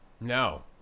No